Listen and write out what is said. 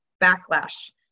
backlash